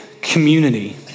community